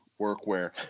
Workwear